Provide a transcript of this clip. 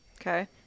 Okay